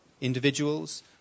individuals